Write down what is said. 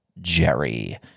Jerry